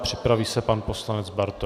Připraví se pan poslanec Bartoň.